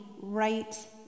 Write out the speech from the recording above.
right